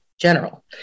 general